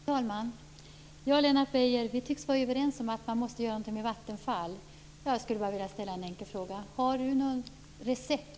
Fru talman! Lennart Beijer, vi tycks vara överens om att man måste göra någonting med Vattenfall. Jag skulle bara vilja ställa en enkel fråga: Har Lennart